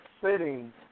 sitting